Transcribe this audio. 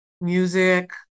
music